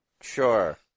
Sure